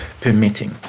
permitting